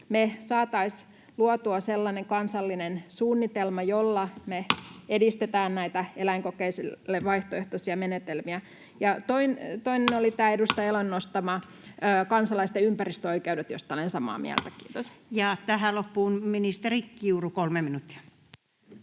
me saataisiin luotua sellainen kansallinen suunnitelma, jolla me edistetään näitä eläinkokeille vaihtoehtoisia menetelmiä. Toinen oli tämä edustaja Elon nostama kansalaisten ympäristöoikeudet, josta olen samaa mieltä. — Kiitos. Ja tähän loppuun ministeri Kiuru, 3 minuuttia.